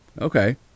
okay